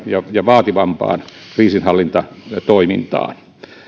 ja ja vaativampaan kriisinhallintatoimintaan